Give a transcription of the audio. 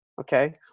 Okay